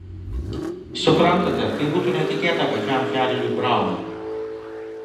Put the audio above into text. suprantate tai būtų netikėta pačiam čarliui braunui